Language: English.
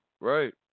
Right